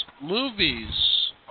movies